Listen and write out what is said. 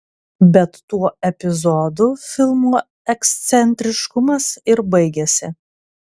bet tuo epizodu filmo ekscentriškumas ir baigiasi